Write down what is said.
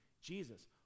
Jesus